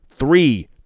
Three